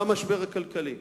במשבר הכלכלי.